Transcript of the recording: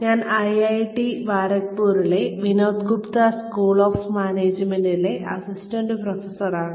ഞാൻ ഐഐടി ഖരഗ്പൂരിലെ Vinod Gupta school of മാനേജ്മെന്റിലെ അസിസ്റ്റന്റ് പ്രൊഫസറാണ്